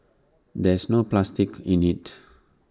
there's no plastic in IT